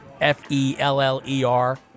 F-E-L-L-E-R